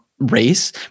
race